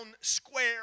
square